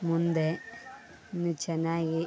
ಮುಂದೆ ಇನ್ನು ಚೆನ್ನಾಗಿ